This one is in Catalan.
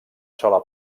sola